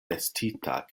vestita